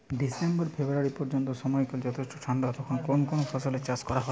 December ফেব্রুয়ারি পর্যন্ত সময়কাল যথেষ্ট ঠান্ডা তখন কোন কোন ফসলের চাষ করা হয়?